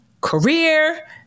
career